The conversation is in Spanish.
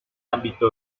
ámbito